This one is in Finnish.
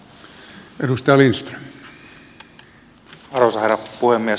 arvoisa herra puhemies